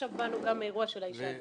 עכשיו באנו גם מאירוע של האישה הדרוזית.